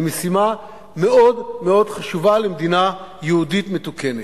הוא משימה מאוד מאוד חשובה למדינה יהודית מתוקנת.